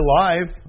live